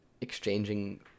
exchanging